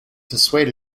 dissuade